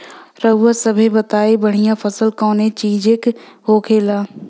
रउआ सभे बताई बढ़ियां फसल कवने चीज़क होखेला?